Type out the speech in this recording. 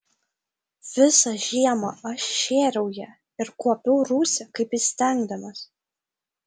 visą žiemą aš šėriau ją ir kuopiau rūsį kaip įstengdamas